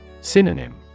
Synonym